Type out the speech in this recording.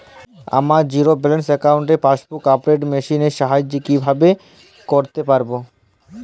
আমার zero balance অ্যাকাউন্টে passbook update machine এর সাহায্যে কীভাবে করতে পারব?